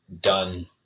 done